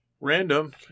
Random